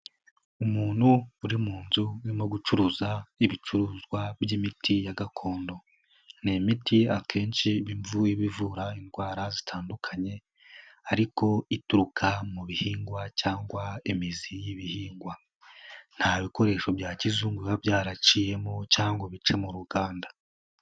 Umuntu uri mu nzu urimo gucuruza ibicuruzwa by'imiti ya gakondo, ni imiti akenshi iba ivura indwara zitandukanye ariko ituruka mu bihingwa cyangwa imizi y'ibihingwa, nta bikoresho bya kizungu biba byaraciyemo cyangwa ngo bice mu ruganda.